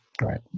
Right